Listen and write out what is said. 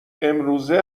امروزه